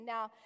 Now